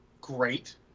great